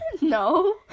No